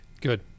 Good